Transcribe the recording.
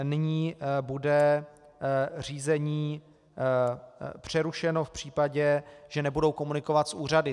Nyní bude řízení přerušeno v případě, že nebudou komunikovat s úřady.